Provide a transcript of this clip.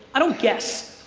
i don't guess.